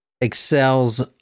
excels